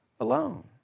alone